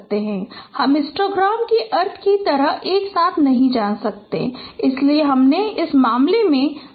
हम हिस्टोग्राम के अर्थ की तरह एक साथ नहीं जानते हैं इसलिए हमने इस मामले में सिफ्ट को किया